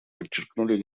подчеркнули